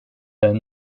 deiner